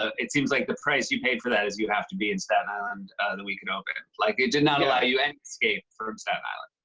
ah it seems like the price you paid for that is you have to be in staten island the week it opened. like, it did not allow you any escape from um staten island.